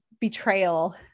betrayal